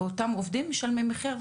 ואותם עובדים משלמים מחיר.